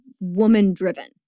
woman-driven